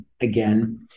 again